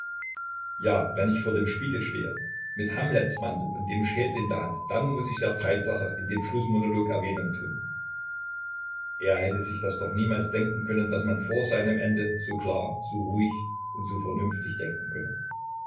ja wenn ich vor dem spiegel stehe mit hamletsmantel und dem schädel in der hand dann muß ich der zeittatsache in dem schlußmonolog erwähnung tun er hätte sich das doch niemals denken können daß man vor seinem ende so klar so ruhig und so vernünftig denken könne